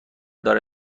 داره